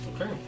Okay